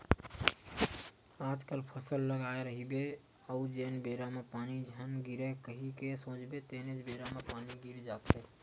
आजकल फसल लगाए रहिबे अउ जेन बेरा म पानी झन गिरय कही के सोचबे तेनेच बेरा म पानी गिर जाथे